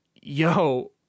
yo